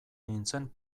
nintzen